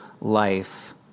life